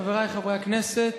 חברי חברי הכנסת,